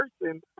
person